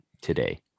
today